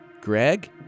Greg